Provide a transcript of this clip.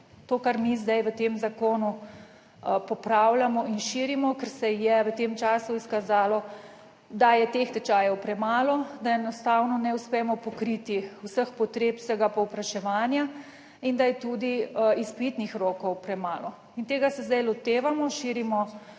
To kar mi zdaj v tem zakonu popravljamo in širimo, ker se je v tem času izkazalo, da je teh tečajev premalo, da enostavno ne uspemo pokriti vseh potreb, vsega povpraševanja in da je tudi izpitnih rokov premalo. In tega se zdaj lotevamo, širimo